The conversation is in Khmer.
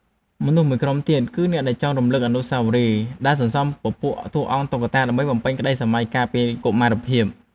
មនុស្សមួយក្រុមទៀតគឺ អ្នកដែលចង់រំលឹកអនុស្សាវរីយ៍ ដែលសន្សំពពួកតួអង្គតុក្កតាដើម្បីបំពេញក្ដីស្រមៃកាលពីកុមារភាព។